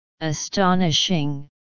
Astonishing